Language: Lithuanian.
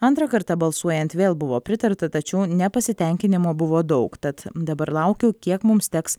antrą kartą balsuojant vėl buvo pritarta tačiau nepasitenkinimo buvo daug tad dabar laukiu kiek mums teks